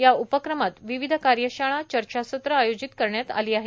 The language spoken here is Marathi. या उपक्रमात विविध कार्यशाळा चर्चासत्रं आयोजित करण्यात आली आहेत